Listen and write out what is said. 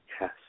Yes